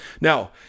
now